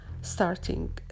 starting